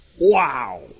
Wow